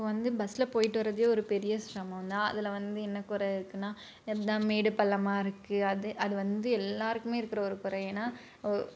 இப்போது வந்து பஸ்ஸில் போயிட்டு வர்றதே ஒரு பெரிய சிரமம் தான் அதில் வந்து என்ன குறை இருக்குனால் எப்தம் மேடு பள்ளமாக இருக்குது அது அது வந்து எல்லாருக்குமே இருக்கிற ஒரு குறை ஏன்னா